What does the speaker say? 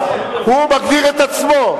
הוא מגדיר את עצמו,